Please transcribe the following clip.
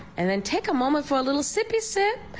and then take a moment for a little sippy sip.